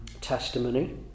testimony